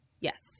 yes